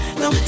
no